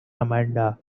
amanda